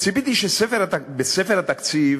ציפיתי שבספר התקציב